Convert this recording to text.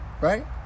Right